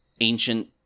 ancient